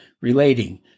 relating